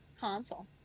Console